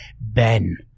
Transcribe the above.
Ben